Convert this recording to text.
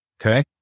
Okay